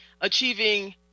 Achieving